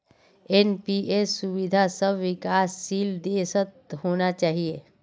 NPS सुविधा सब विकासशील देशत होना चाहिए